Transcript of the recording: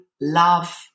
love